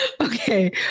okay